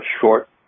short